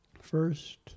First